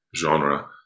genre